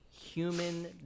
human